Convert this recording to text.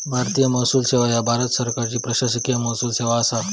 भारतीय महसूल सेवा ह्या भारत सरकारची प्रशासकीय महसूल सेवा असा